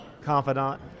confidant